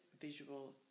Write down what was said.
visual